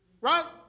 right